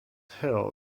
hill